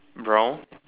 brown